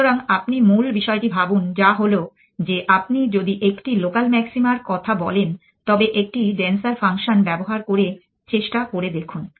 সুতরাং আপনি মূল বিষয়টি ভাবুন যা হলো যে আপনি যদি একটি লোকাল মাসিমার কথা বলেন তবে একটি ডেন্সার ফাংশন ব্যবহার করে চেষ্টা করে দেখুন